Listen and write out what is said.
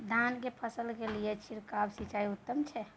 धान की फसल के लिये छिरकाव सिंचाई उत्तम छै?